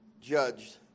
judged